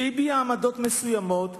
שהביע עמדות מסוימות,